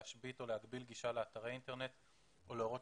להשבית או להגביל גישה לאתר האינטרנט או להורות